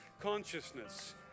consciousness